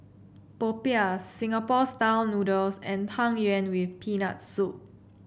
Popiah Singapore style noodles and Tang Yuen with Peanut Soup